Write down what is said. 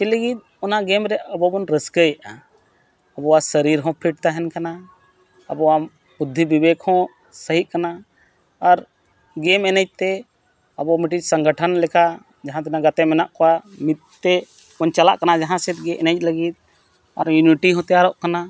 ᱪᱮᱫ ᱞᱟᱹᱜᱤᱫ ᱚᱱᱟ ᱨᱮ ᱟᱵᱚᱵᱚᱱ ᱨᱟᱹᱥᱠᱟᱹᱭᱮᱫᱼᱟ ᱟᱵᱚᱣᱟᱜ ᱥᱚᱨᱤᱨ ᱦᱚᱸ ᱛᱟᱦᱮᱱ ᱠᱟᱱᱟ ᱟᱵᱚᱣᱟᱜ ᱵᱩᱫᱽᱫᱷᱤ ᱵᱤᱵᱮᱠ ᱦᱚᱸ ᱥᱟᱹᱦᱤᱜ ᱠᱟᱱᱟ ᱟᱨ ᱮᱱᱮᱡᱛᱮ ᱟᱵᱚ ᱢᱤᱫᱴᱤᱡ ᱥᱚᱝᱜᱚᱴᱷᱚᱱ ᱞᱮᱠᱟ ᱡᱟᱦᱟᱸ ᱛᱤᱱᱟᱹᱜ ᱜᱟᱛᱮ ᱢᱮᱱᱟᱜ ᱠᱚᱣᱟ ᱢᱤᱫᱛᱮ ᱵᱚᱱ ᱪᱟᱞᱟᱜ ᱠᱟᱱᱟ ᱡᱟᱦᱟᱸ ᱥᱮᱫ ᱜᱮ ᱮᱱᱮᱡ ᱞᱟᱹᱜᱤᱫ ᱟᱨ ᱦᱚᱸ ᱛᱮᱭᱟᱨᱚᱜ ᱠᱟᱱᱟ